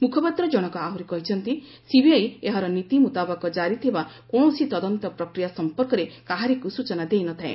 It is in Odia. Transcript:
ମୁଖପାତ୍ରଜଣକ ଆହୁରି କହିଛନ୍ତି ସିବିଆଇ ଏହାର ନୀତି ମୁତାବକ ଜାରି ଥିବା କୌଣସି ତଦନ୍ତ ପ୍ରକ୍ରିୟା ସମ୍ପର୍କରେ କାହାରିକୁ ସୂଚନା ଦେଇନଥାଏ